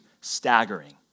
staggering